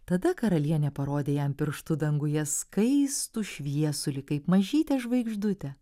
tada karalienė parodė jam pirštu danguje skaistų šviesulį kaip mažytę žvaigždutę